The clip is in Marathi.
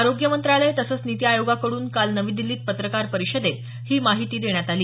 आरोग्य मंत्रालय तसंच नीती आयोगाकडून काल नवी दिल्लीत पत्रकार परिषदेत ही माहिती देण्यात आली